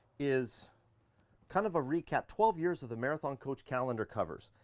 is kind of a recap. twelve years of the marathon coach calendar covers,